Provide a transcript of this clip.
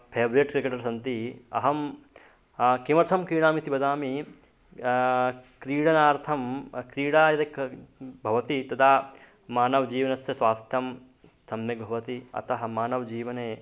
favourite cricketer सन्ति अहं किमर्थं क्रीणामीति वदामि क्रीडनार्थं क्रीडा यदि क भवति तदा मानवजीवनस्य स्वास्थ्यं सम्यक् भवति अतः मानवजीवने